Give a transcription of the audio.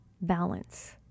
balance